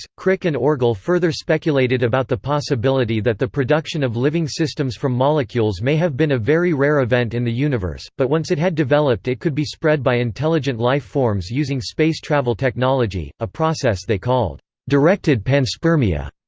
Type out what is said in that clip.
so crick and orgel further speculated about the possibility that the production of living systems from molecules may have been a very rare event in the universe, but once it had developed it could be spread by intelligent life forms using space travel technology, a process they called directed panspermia.